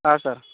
ಹಾಂ ಸರ್